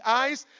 eyes